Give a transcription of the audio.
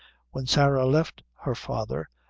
when sarah left her father,